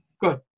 good